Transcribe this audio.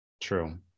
True